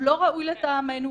הוא לא ראוי לטעמנו,